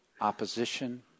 Opposition